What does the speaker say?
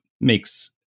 makes